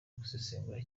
gusesengura